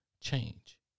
change